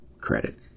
credit